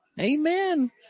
amen